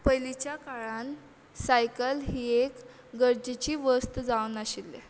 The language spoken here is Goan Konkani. पयलींच्या काळान सायकल ही एक गरजेची वस्त जावन आशिल्ली